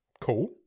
Cool